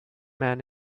man